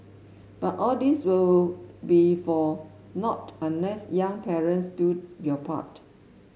but all this will be for nought unless young parents do your part